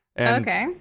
Okay